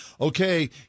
okay